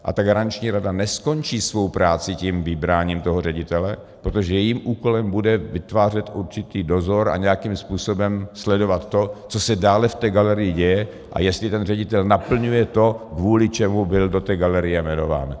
A ta Garanční rada neskončí svou práci tím vybráním toho ředitele, protože jejím úkolem bude vytvářet určitý dozor a nějakým způsobem sledovat to, co se dále v té galerii děje a jestli ten ředitel naplňuje to, kvůli čemu byl do té galerie jmenován.